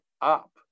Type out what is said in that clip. up